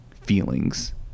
feelings